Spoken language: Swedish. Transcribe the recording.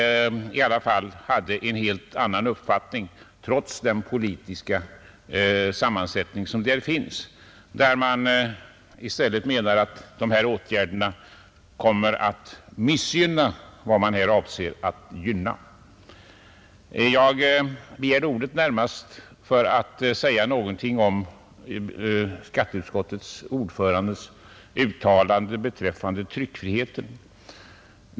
Där hade man i alla fall en helt annan uppfattning, trots den politiska sammansättningen, i det man i stället menade att dessa åtgärder kommer att missgynna vad man avser att gynna. Jag begärde ordet närmast för att säga något om skatteutskottets ordförandes uttalande beträffande tryckfriheten.